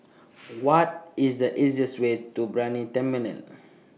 What IS The easiest Way to Brani Terminal